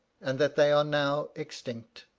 and that they are now extinct.